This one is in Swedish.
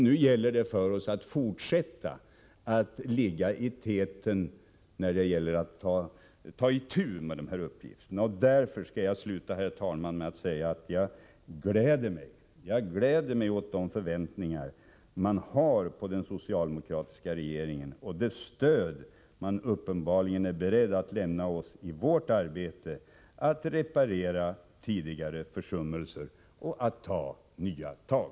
Nu gäller det för oss att fortsätta att ligga i täten och ta itu med dessa uppgifter. Jag skall, herr talman, avsluta med att säga att jag gläder mig åt de förväntningar man har på den socialdemokratiska regeringen och det stöd som man uppenbarligen är beredd att lämna oss i vårt arbete med att reparera tidigare försummelser och ta nya tag.